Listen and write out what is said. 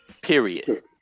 Period